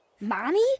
Mommy